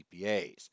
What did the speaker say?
CPAs